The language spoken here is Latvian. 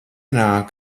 nāk